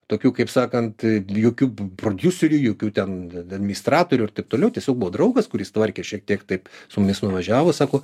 tokių kaip sakant jokių prodiuserių jokių ten administratorių ir taip toliau tiesiog buvo draugas kuris tvarkė šiek tiek taip su mumis nuvažiavo sako